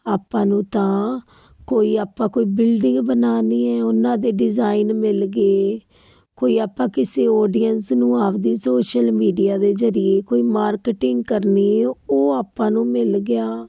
ਆਪਾਂ ਨੂੰ ਤਾਂ ਕੋਈ ਆਪਾਂ ਕੋਈ ਬਿਲਡਿੰਗ ਬਣਾਉਣੀ ਹੈ ਉਹਨਾਂ ਦੇ ਡਿਜ਼ਾਇਨ ਮਿਲਗੇ ਕੋਈ ਆਪਾਂ ਕਿਸੇ ਔਡੀਅੰਸ ਨੂੰ ਆਪਣੀ ਸੋਸ਼ਲ ਮੀਡੀਆ ਦੇ ਜਰੀਏ ਕੋਈ ਮਾਰਕੀਟਿੰਗ ਕਰਨੀ ਹੈ ਉਹ ਆਪਾਂ ਨੂੰ ਮਿਲ ਗਿਆ